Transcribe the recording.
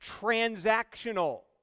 transactional